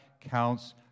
counts